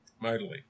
Mightily